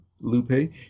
Lupe